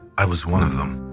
i was one of them.